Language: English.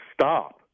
stop